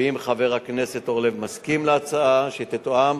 ואם חבר הכנסת אורלב מסכים להצעה שתתואם,